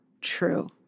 true